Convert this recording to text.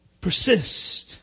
Persist